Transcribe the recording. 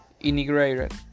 integrated